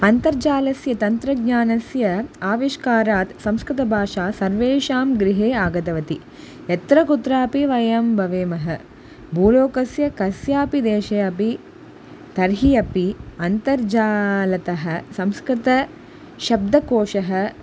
अन्तर्जालस्य तन्त्रज्ञानस्य आविष्कारात् संस्कृतभाषा सर्वेषां गृहे आगतवती यत्र कुत्रापि वयं भवेमः भूलोकस्य कस्यापि देशे अपि तर्हि अपि अन्तर्जालतः संस्कृतशब्दकोशः